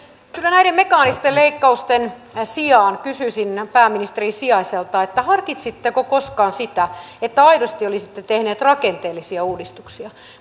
kyllä näiden mekaanisten leikkausten sijaan kysyisin pääministerin sijaiselta harkitsitteko koskaan sitä että aidosti olisitte tehneet rakenteellisia uudistuksia